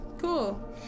cool